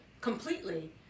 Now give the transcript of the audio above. completely